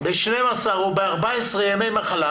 ב-12 או ב-14 ימי מחלה